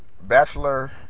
Bachelor